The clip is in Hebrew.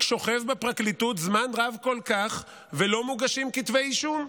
שוכב בפרקליטות זמן רב כל כך ולא מוגשים כתבי אישום,